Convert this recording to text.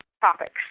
topics